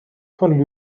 von